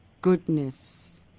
goodness